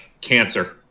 cancer